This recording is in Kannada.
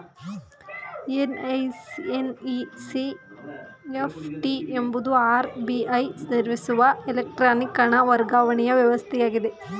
ಎನ್.ಇ.ಎಫ್.ಟಿ ಎಂಬುದು ಆರ್.ಬಿ.ಐ ನಿರ್ವಹಿಸುವ ಎಲೆಕ್ಟ್ರಾನಿಕ್ ಹಣ ವರ್ಗಾವಣೆಯ ವ್ಯವಸ್ಥೆಯಾಗಿದೆ